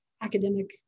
academic